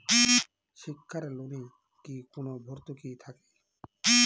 শিক্ষার লোনে কি কোনো ভরতুকি থাকে?